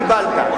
את התוצאה קיבלת.